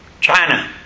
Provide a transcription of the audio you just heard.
China